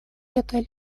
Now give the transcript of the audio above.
вето